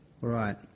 right